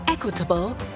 Equitable